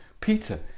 Peter